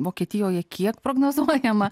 vokietijoje kiek prognozuojama